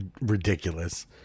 ridiculous